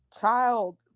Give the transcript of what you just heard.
child